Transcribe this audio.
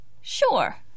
Sure